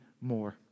more